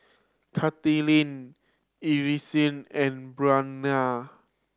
Kaitlynn Elease and